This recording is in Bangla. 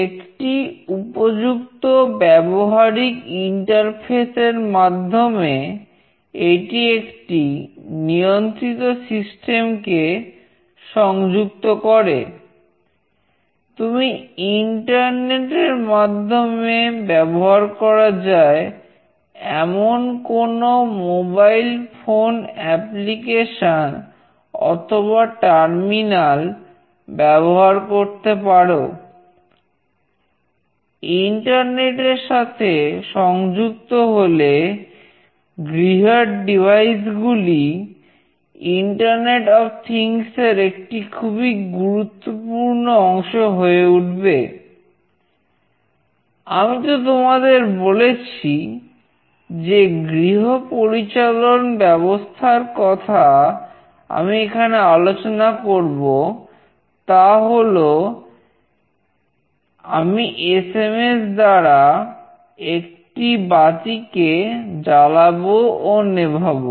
একটি উপযুক্ত ব্যবহারিক ইন্টারফেস দ্বারা একটি বাতিকে জ্বালাবো ও নেভাবো